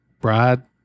Brad